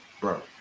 bro